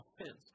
offense